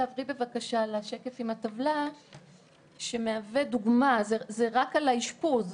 אני מציגה שקף שמהווה דוגמה רק על האשפוז,